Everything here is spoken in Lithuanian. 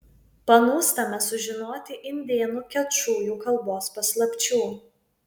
panūstame sužinoti indėnų kečujų kalbos paslapčių